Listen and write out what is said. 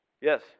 Yes